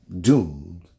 doomed